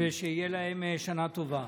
ושתהיה להם שנה טובה.